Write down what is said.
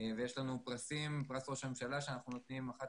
ויש לנו את פרס ראש הממשלה שאנחנו נותנים אחת